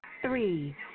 Three